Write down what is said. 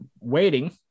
waiting